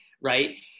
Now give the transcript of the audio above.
right